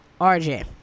rj